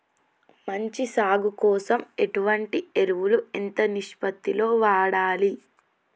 మంచి సాగు కోసం ఎటువంటి ఎరువులు ఎంత నిష్పత్తి లో వాడాలి?